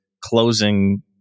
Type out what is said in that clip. closing